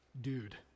dude